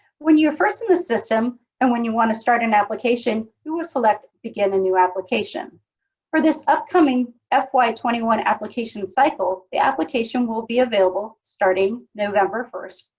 when you are first in the system and when you want to start an application, you will select begin a new application for this upcoming ah fy twenty one application cycle. the application will be available starting november one,